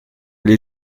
les